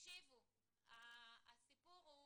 הסיפור הוא